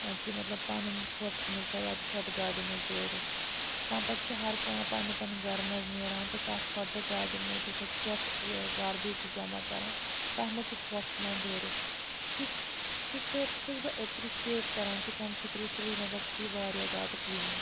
کہِ مطلب پَنُن ژھۄٹھ ژھٕنِو سَا یَتھ ژھۄٹھ گاڑٮ۪ن منٛز دٲرِتھ تَمہِ پَتہٕ چھُ ہر کانٛہہ پَنٛنہِ پَنٛنہِ گَرٕ مَنٛز نیران تہٕ تَتھ ژھۄٹہٕ گاڑٮ۪ن منٛز یُس اَتھ ژھۄٹھ یہِ گاربیج چھِ جمع کَران تَتھ منٛز چھِ ژھۄٹھ ژھٕنان دٲرِتھ سُہ چھُ سٹیٚپ چھَس بہٕ اٮ۪پرِشِیٹ کَران کہِ تَمہِ سۭتۍ روٗد سرینَگَر سِٹی وارِیاہ زیادٕ کٕلیٖن